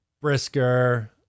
Brisker